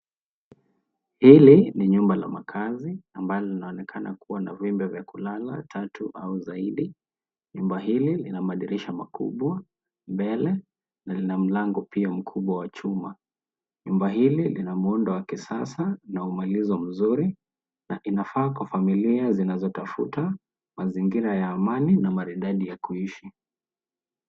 Hii ni nyumba ya makazi ambayo inaonekana kuwa na vyumba vya kulala vitatu au zaidi. Nyumba hii ina madirisha makubwa mbele na ina mlango pia mkubwa wa chuma. Nyumba hii ina muundo wa kisasa na umalizo mzuri na inafaa kwa familia zinazotafuta mazingira ya amani na maridadi ya kuishi.